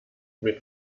mit